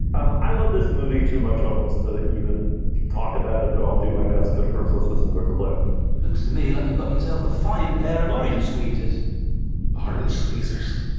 um i love this movie too much almost to even talk about it, but i'll do my best. but first, let's listen to a clip looks to me like you've got yourself a fine pair of orange squeezes and squeezes